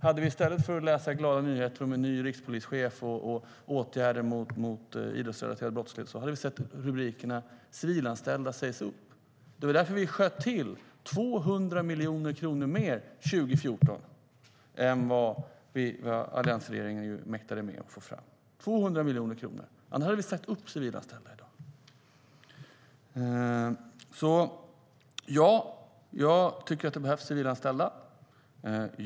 I stället för att läsa glada nyheter om ny rikspolischef och åtgärder mot idrottsrelaterad brottslighet skulle vi ha läst rubriker om civilanställda som sades upp. Det var därför vi sköt till 200 miljoner kronor mer 2014 än vad alliansregeringen mäktade med att få fram - 200 miljoner kronor. Annars hade vi behövt säga upp civilanställda i dag. Ja, jag tycker att det behövs civilanställda.